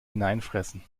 hineinfressen